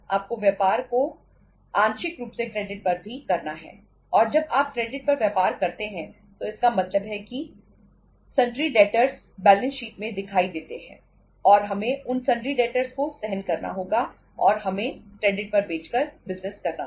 आपको व्यापार को आंशिक रूप से क्रेडिट पर भी करना है और जब आप क्रेडिट पर व्यापार करते हैं तो इसका मतलब है कि सॉन्डरी डेटर्स बैलेंस शीट में दिखाई देते हैं और हमें उन सॉन्डरी डेटर्स को सहन करना होगा और हमें क्रेडिट पर बेचकर बिजनेस करना होगा